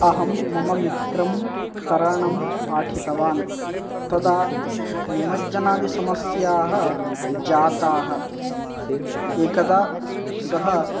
अहं मम मित्रं तरणं पाठितवान् तदा निमज्जनादिसमस्याः जाताः एकदा सः